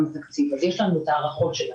אז יש לנו את ההערכות שלנו.